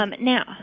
Now